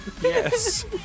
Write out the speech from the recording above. Yes